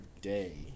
day